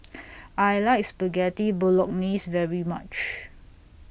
I like Spaghetti Bolognese very much